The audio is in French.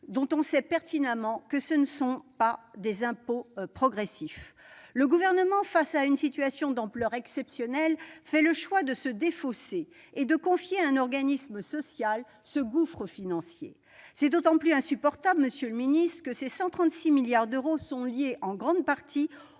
dont on sait pertinemment que ce ne sont pas des impôts progressifs ? Le Gouvernement, face à une situation d'ampleur exceptionnelle, fait le choix de se défausser et de confier ce gouffre financier à un organisme social. C'est d'autant plus insupportable que ces 136 milliards d'euros sont dus en grande partie